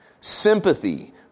sympathy